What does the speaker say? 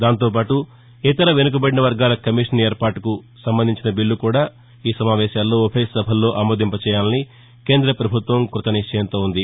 దాంతోపాటు ఇతర వెనుకబడిన వర్గాల కమీషన్ ఏర్పాటుకు సంబంధించిన బిల్లు కూడా ఈ సమావేశాల్లో ఉభయ సభల్లో ఆమోదింపచేయాలని కేంద్ర ప్రభుత్వం కృతనిశ్చయంతో ఉంది